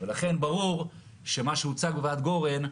ולכן ברור שמה שהוצג בוועדת גורן,